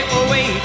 away